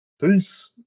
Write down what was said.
Peace